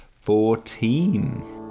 fourteen